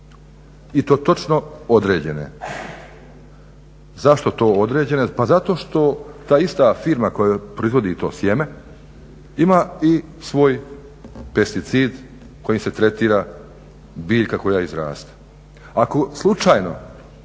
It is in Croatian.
i to točno određene. Zašto to određene, pa zato što ta ista firma koja proizvodi to sjeme ima i svoj pesticid kojim se tretira biljka koja izraste. Ako slučajno